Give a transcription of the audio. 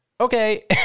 okay